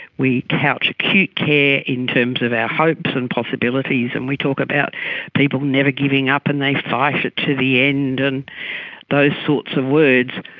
we couch acute care in terms of our hopes and possibilities and we talk about people never giving up and they fight it to the end and those sorts of words,